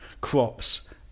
crops